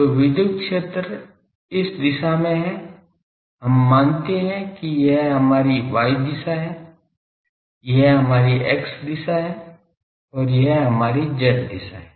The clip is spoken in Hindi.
तो विद्युत क्षेत्र इस दिशा में है हम मानते हैं कि यह हमारी y दिशा है यह हमारी x दिशा है और यह हमारी z दिशा है